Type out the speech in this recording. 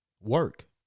work